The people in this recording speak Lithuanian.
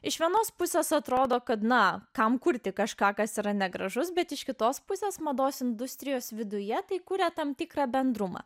iš vienos pusės atrodo kad na kam kurti kažką kas yra negražus bet iš kitos pusės mados industrijos viduje tai kuria tam tikrą bendrumą